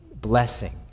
blessing